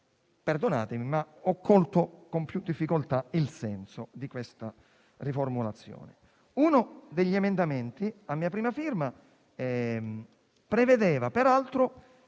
perdonatemi - ho colto con più difficoltà il senso di questa riformulazione. Uno degli emendamenti a mia prima firma prevedeva peraltro